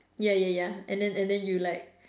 ya ya ya and then and then you like